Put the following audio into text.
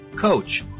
coach